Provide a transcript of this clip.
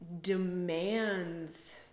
demands